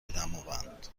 دماوند